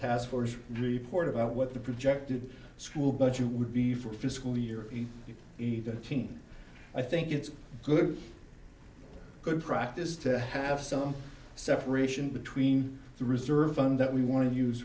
task force report about what the projected school budget would be for fiscal year either team i think it's good good practice to have some separation between the reserve fund that we want to use